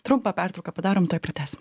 trumpą pertrauką padarom tuoj pratęsim